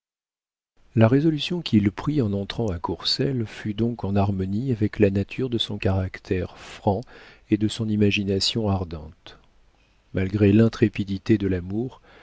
la résolution qu'il prit en entrant à courcelles fut donc en harmonie avec la nature de son caractère franc et de son imagination ardente malgré l'intrépidité de l'amour